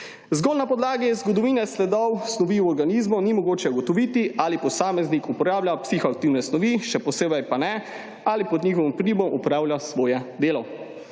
Zgolj na podlagi zgodovine sledov snovi organizmov ni mogoče ugotoviti, ali posameznik uporablja psihoaktivne snovi, še posebej pa ne, ali pod njihovim vplivom opravlja svoje delo.